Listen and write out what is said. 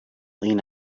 lean